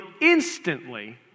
instantly